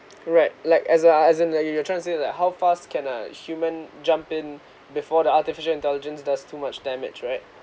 correct like as ah as in like you you're trying to say like how fast can a human jump in before the artificial intelligence does too much damage right